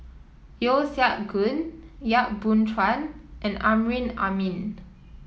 Yeo Siak Goon Yap Boon Chuan and Amrin Amin